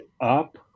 up